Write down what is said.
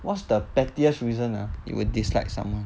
what's the pettiest reason ah you will dislike someone